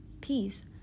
peace